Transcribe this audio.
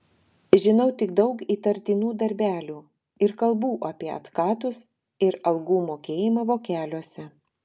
žinau tik daug įtartinų darbelių ir kalbų apie atkatus ir algų mokėjimą vokeliuose